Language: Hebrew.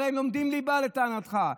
הרי הם לומדים ליבה, לטענתך.